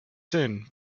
sin